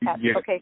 Yes